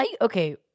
Okay